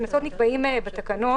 הקנסות נקבעים בתקנות,